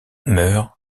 meurt